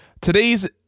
Today's